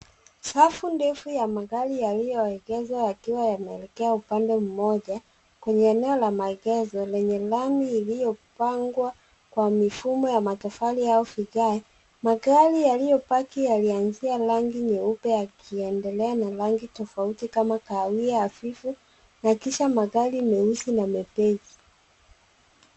Safu ndefu ya magari yaliyoegeshwa yakiwa yameelekea upande mmoja kwenye eneo la maegesho lenye lami iliyopangwa kwa mifumo ya matofali au vigae. Magari yaliyopaki yalianzia rangi nyeupe, yakiendelea na rangi tofauti kama kahawia hafifu na kisha magari meusi na mepesi.